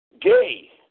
Gay